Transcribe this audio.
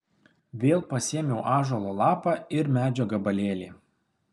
vėl pasiėmiau ąžuolo lapą ir medžio gabalėlį